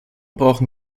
brauchen